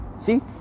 see